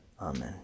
amen